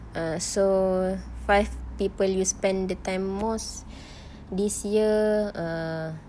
err so five people you spend the time most this year err